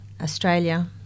australia